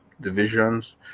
divisions